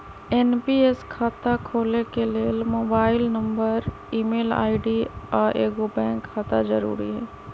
NPS खता खोले के लेल मोबाइल नंबर, ईमेल आई.डी, आऽ एगो बैंक खता जरुरी हइ